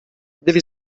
devi